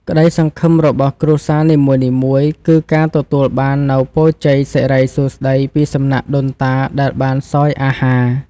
ក្តីសង្ឃឹមរបស់គ្រួសារនីមួយៗគឺការទទួលបាននូវពរជ័យសិរីសួស្តីពីសំណាក់ដូនតាដែលបានសោយអាហារ។